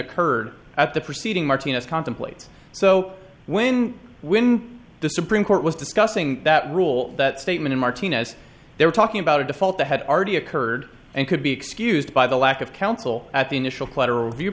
occurred at the proceeding martinez contemplates so when when the supreme court was discussing that rule that statement in martinez they were talking about a default the had already occurred and could be excused by the lack of counsel at the initial